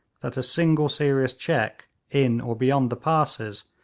that a single serious check, in or beyond the passes,